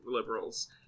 liberals